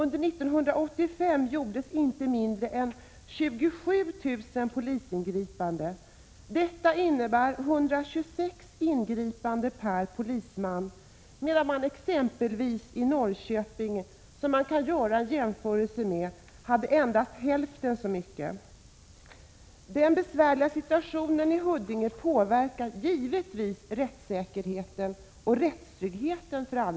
Under 1985 gjordes inte mindre än 27 000 polisingripanden. Det innebär 126 ingripande per polisman. Men exempelvis i Norrköping — som man kan jämföra med — gjordes endast hälften så många ingripanden. Den besvärliga situationen i Huddinge påverkar givetvis allmänhetens rättssäkerhet och rättstrygghet.